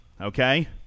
okay